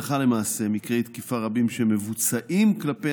הלכה למעשה מקרי תקיפה רבים המבוצעים כלפי